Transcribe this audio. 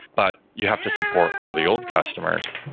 but you have to support all the old customers.